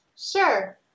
Sure